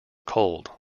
cold